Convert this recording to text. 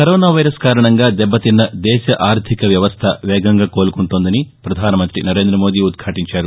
corona virus కారణంగా దెబ్బతిన్న దేశ ఆర్థిక వ్యవస్థ వేగంగా కోలుకుంటోందని వ్రవధానమంతి నరేంద్రమోదీ ఉద్యాటించారు